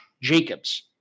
Jacobs